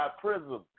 Prism